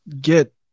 get